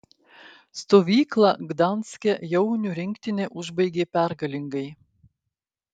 stovyklą gdanske jaunių rinktinė užbaigė pergalingai